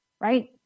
right